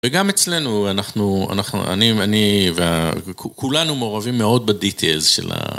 וגם אצלנו, אנחנו... אנחנו... אני... אני... אה... וה...ו... כו... כולנו מעורבים מאוד ב-details של ה...